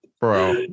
Bro